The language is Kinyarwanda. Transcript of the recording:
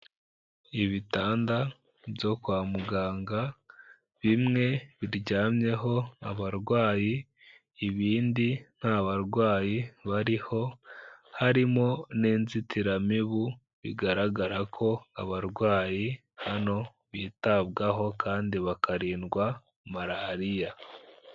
Ibitanda byo kwa muganga, bimwe biryamyeho abarwayi, ibindi nta barwayi bariho, harimo n'inzitiramibu, bigaragara ko abarwayi hano bitabwaho kandi bakarindwa malariya.